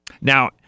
Now